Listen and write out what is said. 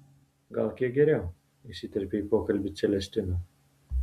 gal kiek geriau įsiterpė į pokalbį celestina